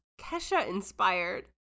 Kesha-inspired